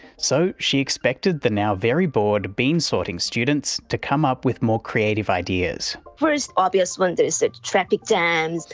so she expected the now very bored bean-sorting students to come up with more creative ideas. the first obvious one, there is the traffic jam,